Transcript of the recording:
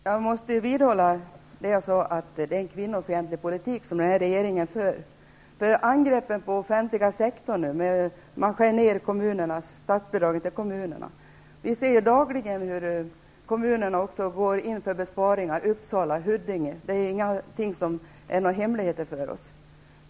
Herr talman! Jag måste vidhålla att den här regeringen driver en kvinnofientlig politik. Det görs angrepp på den offentliga sektorn. Man skär ner statsbidraget till kommunerna. Vi ser dagligen hur kommuner går in för besparingar. Jag kan nämna Uppsala och Huddinge som exempel. Det är inga hemligheter för oss.